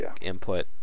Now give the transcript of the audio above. input